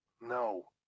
no